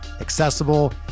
accessible